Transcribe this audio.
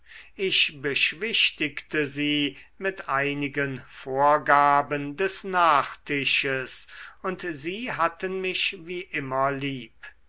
ich beschwichtigte sie mit einigen vorgaben des nachtisches und sie hatten mich wie immer lieb